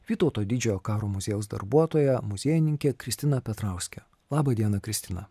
vytauto didžiojo karo muziejaus darbuotoja muziejininkė kristina petrauskė laba diena kristina